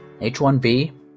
H1B